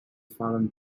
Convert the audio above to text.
fallon